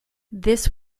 this